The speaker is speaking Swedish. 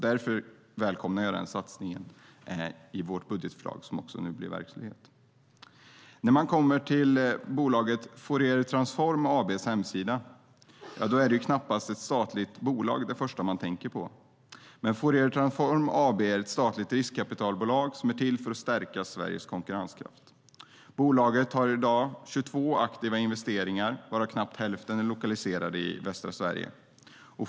Därför välkomnar jag den satsningen i vårt budgetförslag som också nu blir verklighet. När man kommer till bolaget Fouriertransform AB:s hemsida är knappast ett statligt bolag det första man tänker på. Men Fouriertransform AB är ett statligt riskkapitalbolag som är till för att stärka Sveriges konkurrenskraft. Bolaget har i dag 22 aktiva investeringar, varav knappt hälften är lokaliserade i västra Sverige.